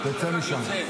תצא משם.